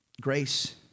Grace